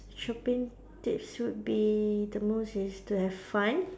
shopping tips would be the most is to have fun